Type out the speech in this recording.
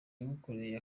yagukoreye